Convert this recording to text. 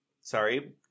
Sorry